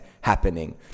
happening